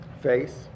face